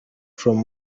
from